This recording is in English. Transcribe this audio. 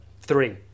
three